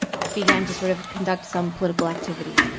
began to sort of conduct some political activity.